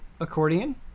accordion